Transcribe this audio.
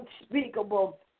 unspeakable